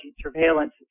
surveillance